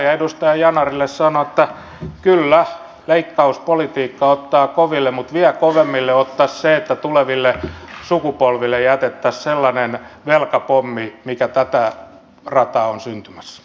edustaja yanarille sanon että kyllä leikkauspolitiikka ottaa koville mutta vielä kovemmille ottaisi se että tuleville sukupolville jätettäisiin sellainen velkapommi mikä tätä rataa on syntymässä